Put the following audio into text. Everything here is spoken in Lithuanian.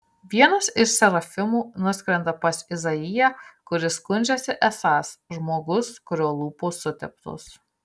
vienas iš serafimų nuskrenda pas izaiją kuris skundžiasi esąs žmogus kurio lūpos suteptos